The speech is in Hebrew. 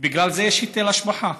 בגלל זה יש היטל השבחה,